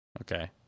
Okay